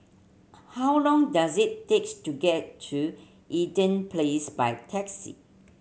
how long does it takes to get to Eaton Place by taxi